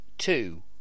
Two